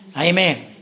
amen